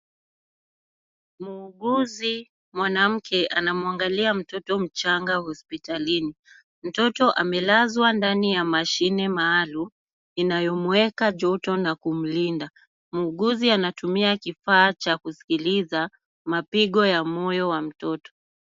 Muuguzi mwanamke anamuangalia mtoto mchanga hospitalini. Mtoto amelazwa ndani ya mashine maalum, inayomuweka joto na kumlinda. Muuguzi anatumia kifaa cha kusikiliza mapigo ya moyo wa mtoto.